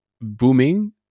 booming